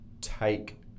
take